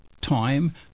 time